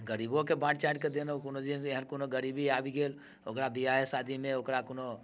गरीबोकेँ बाँटि चाँटि कऽ देलहुँ कोनो दिन एहन कोनो गरीबी आबि गेल ओकरा विवाहे शादीमे ओकरा कोनो